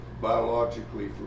biologically